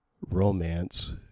romance